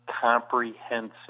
comprehensive